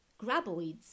graboids